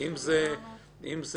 זה